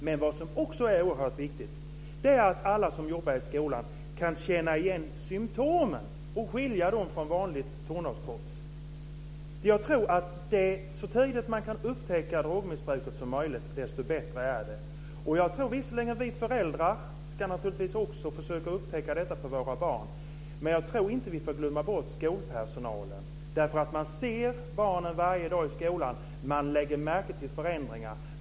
Men vad som också är oerhört viktigt är att alla som jobbar i skolan kan känna igen symtomen och skilja dem från vanligt tonårstrots. Jag tror att ju tidigare som man kan upptäcka drogmissbruket, desto bättre är det. Visserligen ska naturligtvis vi föräldrar också försöka upptäcka detta på våra barn. Men jag tror inte att vi får glömma bort skolpersonalen, därför att man ser barnen varje dag i skolan, och man lägger märke till förändringar.